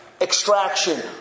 extraction